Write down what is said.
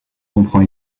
comprend